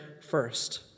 first